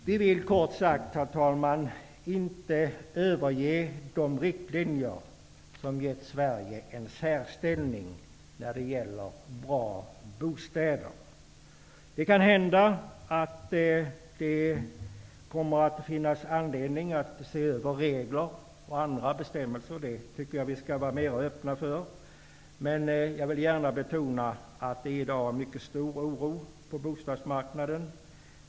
Vi vill, kort sagt, herr talman, inte överge de riktlinjer som gett Sverige en särställning när det gäller bra bostäder. Det kan hända att det kommer att finnas anledning att se över regler och andra bestämmelser. Det tycker jag vi skall vara öppna för. Men jag vill gärna betona att det i dag är en mycket stor oro på bostadsmarknaden.